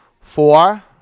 Four